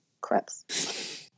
crepes